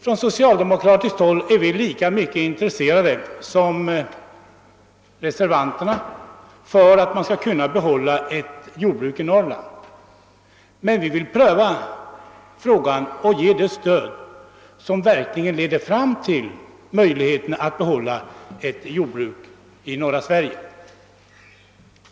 Vi socialdemokrater är lika intresserade som reservanterna av att behålla ett jordbruk i Norrland, men vi vill pröva frågan och ge ett sådant stöd att det verkligen ger möjlighet att behålla ett jordbruk i norra Sverige.